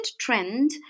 trend